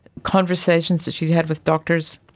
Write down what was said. conversations that she'd had with doctors.